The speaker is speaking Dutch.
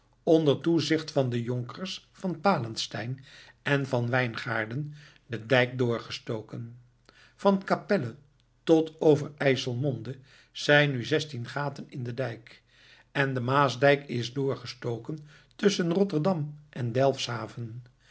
onder toezicht van de jonkers van palensteyn en van wijngaarden de dijk doorgestoken van kapelle tot over ijselmonde zijn nu zestien gaten in den dijk en de maasdijk is doorgestoken tusschen rotterdam en delfshaven